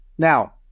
Now